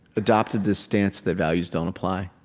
adopted this stance that values don't apply.